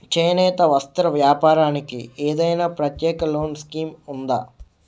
చేనేత వస్త్ర వ్యాపారానికి ఏదైనా ప్రత్యేక లోన్ స్కీం ఉందా?